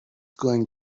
going